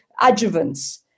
adjuvants